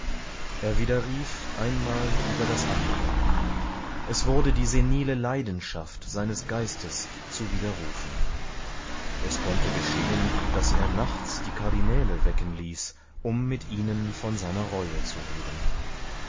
er widerrief einmal über das andere es wurde die senile leidenschaft seines geistes zu widerrufen es konnte geschehen daß er nachts die kardinäle wecken ließ um mit ihnen von seiner reue zu reden